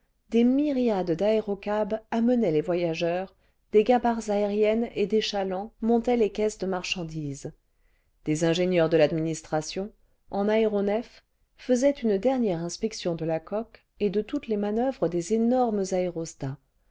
des myriades d'aérocabs amenaient les voyageurs des gabarres aériennes et des chalands montaient les caisses de marchandises des ingénieurs de l'administration en aéronefs faisaient une dernière inspection de la coque et cle toutes les manoeuvres des énormes aérostats